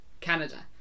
Canada